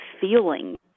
feeling